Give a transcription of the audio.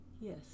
Yes